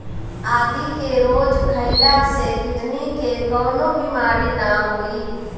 आदि के रोज खइला से किडनी के कवनो बीमारी ना होई